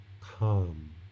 calm